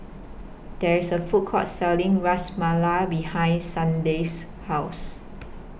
There IS A Food Court Selling Ras Malai behind Sharday's House